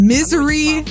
Misery